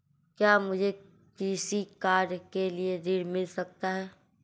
क्या मुझे कृषि कार्य के लिए ऋण मिल सकता है?